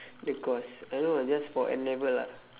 the course I don't know ah just for N-level ah